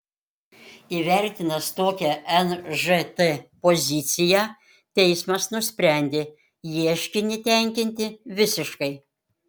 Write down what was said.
įvertinęs tokią nžt poziciją teismas nusprendė ieškinį tenkinti visiškai